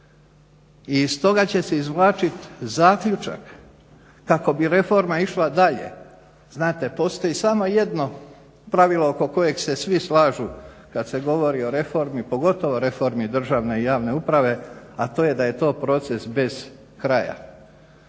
Iz toga će se izvlačit zaključak kako bi reforma išla dalje. Znate, postoji samo jedno pravilo oko kojeg se svi slažu kad se govori o reformi, pogotovo reformi državne i javne uprave, a to je da je to proces bez kraja.